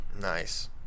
Nice